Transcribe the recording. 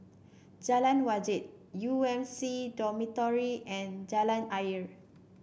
Jalan Wajek U M C Dormitory and Jalan Ayer